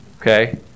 okay